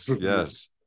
yes